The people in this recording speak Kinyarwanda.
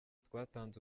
twatanze